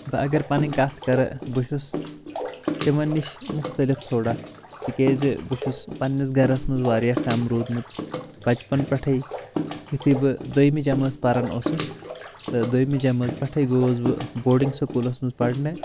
بہٕ اگر پنٕنۍ کتھ کرٕ بہٕ چھُس تِمن نِش مختلف تھوڑا تِکیازِ بہٕ چھُس پننِس گرس منٛز واریاہ کم روٗدمُت بچپن پٮ۪ٹھٕے یُتھُے بہٕ دٔیمہِ جمٲژ پران اوسُس تہٕ دۄیٛمہِ جمٲژ پٮ۪ٹھٕے گوٚوُس بہٕ بورڈنٛگ سکوٗلَس منٛز پرنہِ